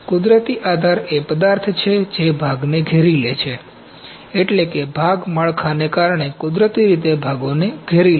કુદરતી આધાર એ પદાર્થ છે જે ભાગને ઘેરી લે છે એટલે કે ભાગ માળખાને કારણે કુદરતી રીતે ભાગોને ઘેરી લે છે